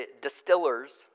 distillers